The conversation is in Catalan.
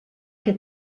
que